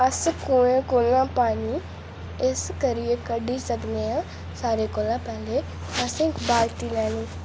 अस कुएं कोला पानी इस करियै कड्ढी सकने आं सारें कौलां पैहलें असें इक बाल्टी लैनी